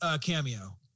cameo